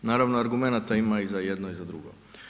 Naravno, argumenata ima i za jedno i za drugo.